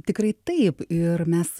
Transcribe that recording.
tikrai taip ir mes